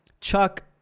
Chuck